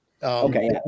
Okay